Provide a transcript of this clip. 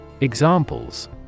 Examples